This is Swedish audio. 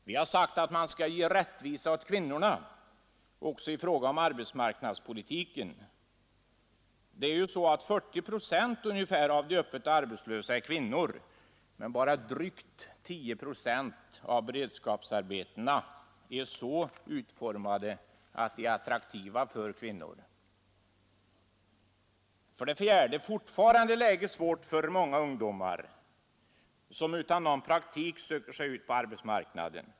Vi har vidare sagt att man skall ge rättvisa åt kvinnorna också i fråga om arbetsmarknadspolitiken. Ungefär 40 procent av de öppet arbetslösa är kvinnor, men bara drygt 10 procent av beredskapsarbetena är så utformade att de är attraktiva för kvinnor. Fortfarande är läget svårt för många ungdomar, som utan någon praktik söker sig ut på arbetsmarknaden.